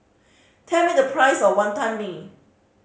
tell me the price of Wantan Mee